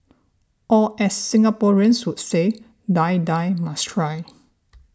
or as Singaporeans would say Die Die must try